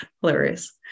hilarious